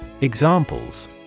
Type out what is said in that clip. Examples